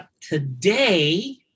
today